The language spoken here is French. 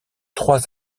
trois